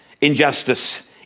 injustice